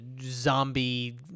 zombie